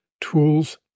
tools